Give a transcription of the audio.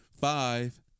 Five